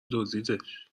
دزدیدش